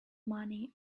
money